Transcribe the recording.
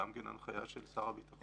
שזו גם כן הנחיה של שר הביטחון